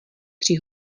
tři